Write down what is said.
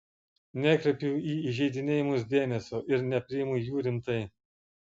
nekreipiu į įžeidinėjimus dėmesio ir nepriimu jų rimtai